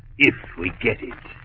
if we get it,